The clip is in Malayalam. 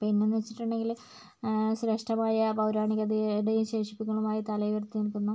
പിന്നെയെന്ന് വെച്ചിട്ടുണ്ടെങ്കിൽ ശ്രേഷ്ഠമായ പൗരാണികതയെ അവശേഷിപ്പുകളുമായി തല ഉയർത്തി നിൽക്കുന്നു